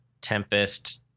Tempest